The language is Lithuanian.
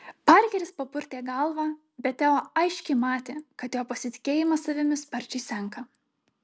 parkeris papurtė galvą bet teo aiškiai matė kad jo pasitikėjimas savimi sparčiai senka